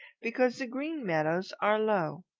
because the green meadows are low.